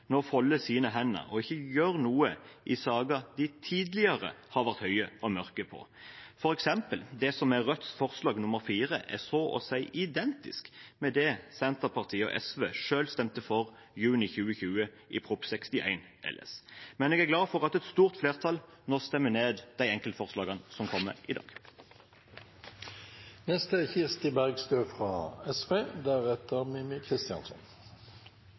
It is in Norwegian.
nå folder sine hender og ikke gjør noe i saker de tidligere har vært høye og mørke i. For eksempel er Rødts forslag nr. 4 så å si identisk med det Senterpartiet og SV selv stemte for i juni 2020, i Prop. 61 LS for 2019–2020. Jeg er glad for at et stort flertall stemmer ned de enkeltforslagene som kommer i dag. Som saksordføreren påpekte i sitt innlegg, er